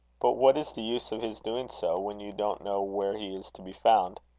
but what is the use of his doing so, when you don't know where he is to be found.